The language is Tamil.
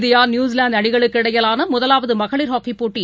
இந்தியா நியூசிலாந்து அணிகளுக்கிடையிலான முதலாவது மகளிர் ஹாக்கிப் போட்டி